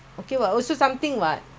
okay what good lah